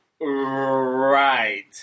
Right